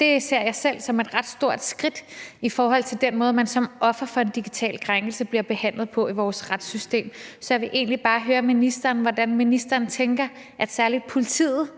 Det ser jeg selv som et ret stort skridt i forhold til den måde, man som offer for en digital krænkelse bliver behandlet på i vores retssystem. Så jeg vil egentlig bare høre ministeren, hvordan ministeren tænker, at særlig politiet